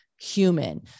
human